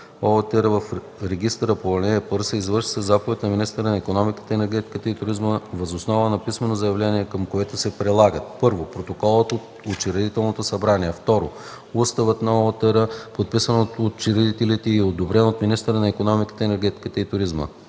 ОУТР в регистъра по ал. 1 се извършва със заповед на министъра на икономиката, енергетиката и туризма въз основа на писмено заявление, към което се прилагат: 1. протоколът от учредителното събрание; 2. уставът на ОУТР, подписан от учредителите и одобрен от министъра на икономиката, енергетиката и туризма;